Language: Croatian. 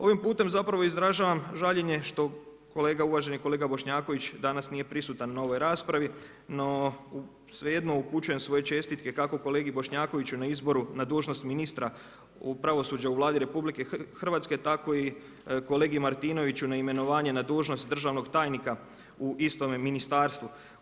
Ovim putem zapravo izražavam žaljenje što uvaženi kolega Bošnjaković danas nije prisutan na ovoj raspravi, no svejedno upućujem svoje čestitke kako kolegi Bošnjakoviću, na izboru na dužnosti ministra pravosuđa u Vladi RH, tako i kolegi Martinoviću na imenovanje na dužnost državnog tajnika u istom ministarstvu.